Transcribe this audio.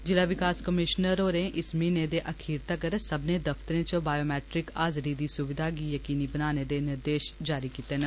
जिला विकास कमीश्नर होरें इस म्हीने दे अखीर तक्कर सब्बनें दफतरें च वायोमेट्रिक दी सुविघा गी यकीनी बनाने दे बी निर्देश जारी कीते न